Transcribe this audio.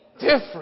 different